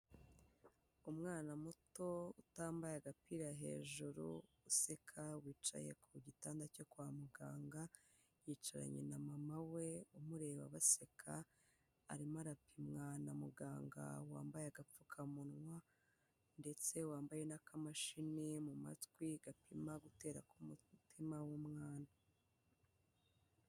Umwana muto utambaye agapira hejuru, useka wicaye ku gitanda cyo kwa muganga, yicaranye na mama we umureba baseka, arimo arapimwa na muganga wambaye agapfukamunwa ndetse wambaye n'akamashini mu matwi gapima gutera ku mutima w'umwana.